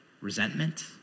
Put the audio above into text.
resentment